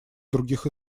других